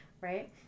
right